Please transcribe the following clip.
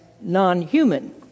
non-human